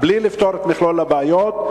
בלי לפתור את מכלול הבעיות,